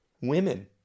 women